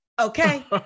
okay